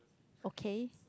okay